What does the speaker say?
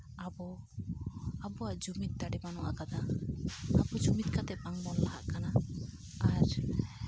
ᱟᱵᱚ ᱟᱵᱚᱣᱟᱜ ᱡᱩᱢᱤᱫ ᱫᱟᱲᱮ ᱵᱟᱹᱱᱩᱜ ᱟᱠᱟᱫᱟ ᱟᱵᱚ ᱡᱩᱢᱤᱫ ᱠᱟᱛᱮᱜ ᱵᱟᱝᱵᱚᱱ ᱞᱟᱦᱟᱜ ᱠᱟᱱᱟ ᱟᱨ